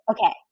Okay